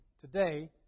today